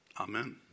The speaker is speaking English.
Amen